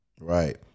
Right